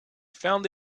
found